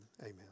amen